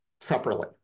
separately